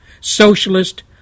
Socialist